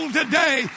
today